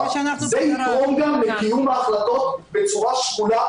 זה יתרום גם לקיום ההחלטות בצורה שקולה